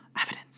Evidence